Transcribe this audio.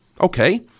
okay